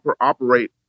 operate